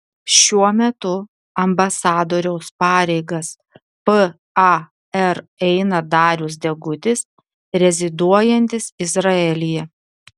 šiuo metu ambasadoriaus pareigas par eina darius degutis reziduojantis izraelyje